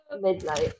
midnight